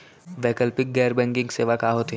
वैकल्पिक गैर बैंकिंग सेवा का होथे?